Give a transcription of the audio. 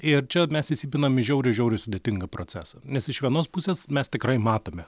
ir čia mes įsipinam į žiauriai žiauriai sudėtingą procesą nes iš vienos pusės mes tikrai matome